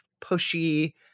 pushy